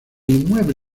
inmueble